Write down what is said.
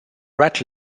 red